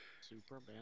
Superman